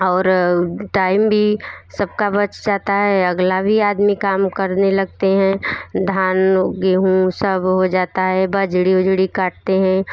और टाइम भी सब का बच जाता है अगला भी आदमी काम करने लगते हैं धान गेहूं सब हो जाता है बजरी वुजरी काटते हैं